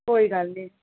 कोई गल्ल निं